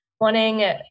wanting